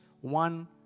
one